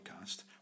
Podcast